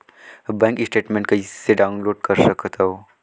Bank statement कइसे download कर सकथव?